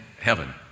heaven